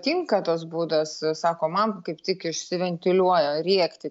tinka tas būdas sako man kaip tik išsiventiliuoja rėkti